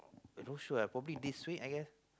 not sure eh probably this week I guess